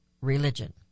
religion